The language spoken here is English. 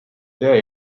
there